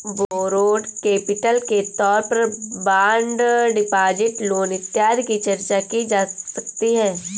borrowed capital के तौर पर बॉन्ड डिपॉजिट लोन इत्यादि की चर्चा की जा सकती है